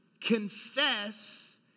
Confess